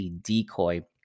decoy